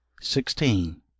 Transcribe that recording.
sixteen